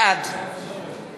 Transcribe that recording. בעד